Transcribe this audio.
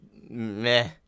meh